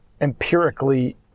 empirically